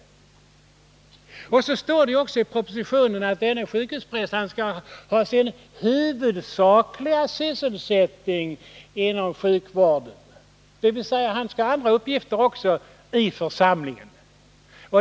Dessutom står det i propositionen att denne sjukhuspräst skall ha sin huvudsakliga sysselsättning inom sjukvården, dvs. han skall ha andra uppgifter också i församlingen.